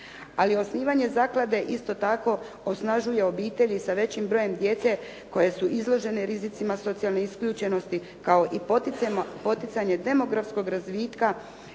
Ali, osnivanje zaklade isto tako osnažuje obitelji sa većim brojem djece koji su izloženi rizicima socijalne isključenosti, kao i poticanje demografskog razvitka